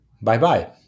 bye-bye